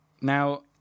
Now